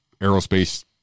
aerospace